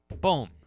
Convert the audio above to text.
boom